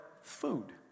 food